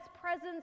presence